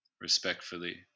respectfully